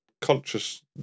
Conscious